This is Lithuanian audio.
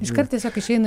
iškart tiesiog išeina